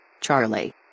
Charlie